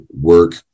work